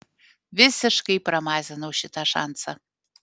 visiškai pramazinau šitą šansą